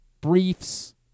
briefs